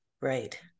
right